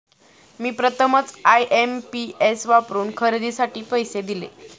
मी प्रथमच आय.एम.पी.एस वापरून खरेदीसाठी पैसे दिले